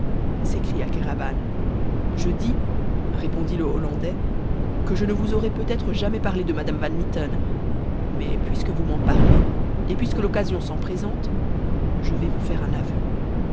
s'écria kéraban je dis répondit le hollandais que je ne vous aurais peut-être jamais parlé de madame van mitten mais puisque vous m'en parlez et puisque l'occasion s'en présente je vais vous faire un aveu